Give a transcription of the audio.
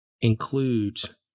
includes